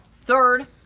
Third